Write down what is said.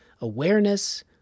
awareness